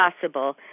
possible